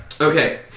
Okay